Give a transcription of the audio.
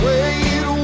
Wait